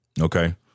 okay